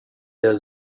der